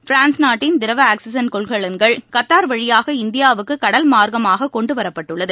France நாட்டின் திரவ oxygen கொள்கலன்கள் கத்தார் வழியாக இந்தியாவுக்கு கடல் மார்க்கமாக கொண்டு வரப்பட்டுள்ளது